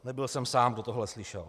Nebyl jsem sám, kdo tohle slyšel.